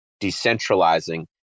decentralizing